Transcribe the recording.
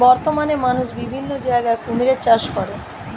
বর্তমানে মানুষ বিভিন্ন জায়গায় কুমিরের চাষ করে